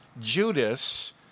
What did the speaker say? Judas